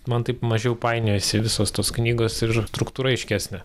man taip mažiau painiojasi visos tos knygos ir struktūra aiškesnė